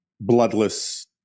bloodless